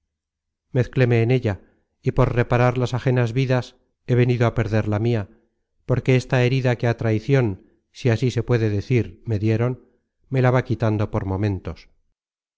en ella y por reparar las ajenas vidas he venido á perder la mia porque esta herida que á traicion si así se puede decir me dieron me la va quitando por momentos